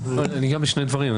אגע בשני דברים.